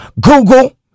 Google